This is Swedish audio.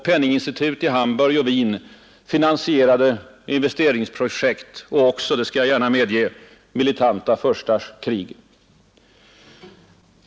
Penninginstitut i Hamburg och Wien finansierade investeringsprojekt, och även — det skall gärna medges — militanta furstars krig.